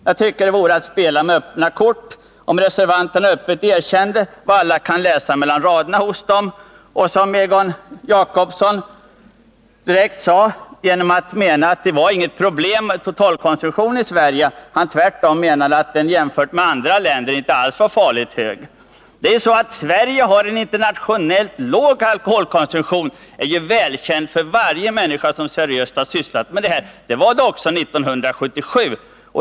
Jag tycker att det vore att spela med öppna kort, om reservanterna erkände vad alla kan läsa mellan raderna i reservationen. Egon Jacobsson sade direkt att totalkonsumtionen i Sverige inte var något problem. Han menade tvärt om att den i jämförelse med andra länders konsumtion inte alls var farligt hög. Att Sverige internationellt sett har en låg alkoholkonsumtion är välkänt för varje människa som seriöst sysslat med dessa frågor. Så var det också 1977.